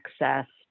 access